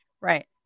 Right